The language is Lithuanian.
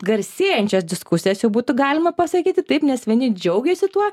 garsėjančias diskusijas jau būtų galima pasakyti taip nes vieni džiaugiasi tuo